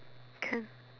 can